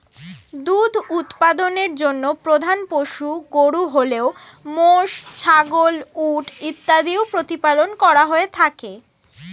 দুধ উৎপাদনের জন্য প্রধান পশু গরু হলেও মোষ, ছাগল, উট ইত্যাদিও প্রতিপালন করা হয়ে থাকে